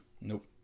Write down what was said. Nope